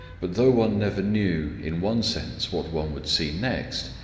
but though one never knew, in one sense, what one would see next,